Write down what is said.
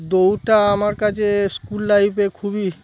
দৌড়টা আমার কাছে স্কুল লাইফে খুবই